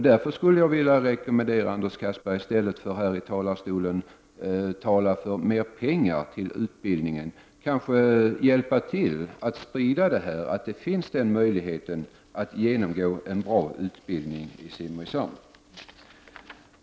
Därför skulle jag vilja rekommendera Anders Castberger att — i stället för att här från talarstolen tala för mer pengar till utbildningen — hjälpa till att sprida information om att det finns möjlighet att genomgå en bra utbildning i Simrishamn.